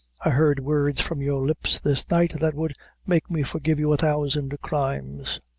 i heard words from your lips this night that would make me forgive you a thousand crimes.